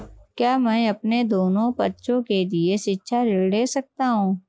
क्या मैं अपने दोनों बच्चों के लिए शिक्षा ऋण ले सकता हूँ?